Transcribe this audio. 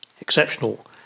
exceptional